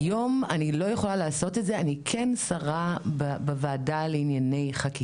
השרה, אני אעביר לך.